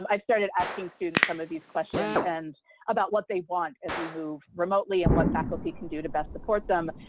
i started asking students some of these questions and about what they want as we move remotely and what faculty can do to best support them,